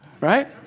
right